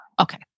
Okay